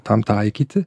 tam taikyti